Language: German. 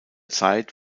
zeit